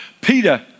Peter